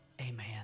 amen